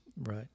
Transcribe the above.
Right